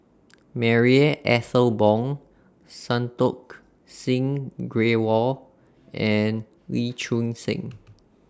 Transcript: Marie Ethel Bong Santokh Singh Grewal and Lee Choon Seng